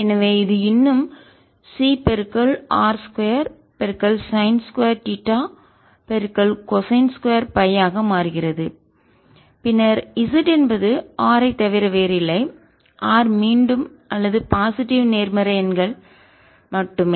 எனவே இது இன்னும் Cr 2 சைன் 2 தீட்டாகொசைன் 2 Φ ஆக மாறுகிறது பின்னர் z என்பது r ஐத் தவிர வேறில்லை r மீண்டும் அல்லது பாசிட்டிவ் நேர்மறை எண்கள் மட்டுமே